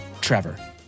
Trevor